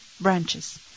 Branches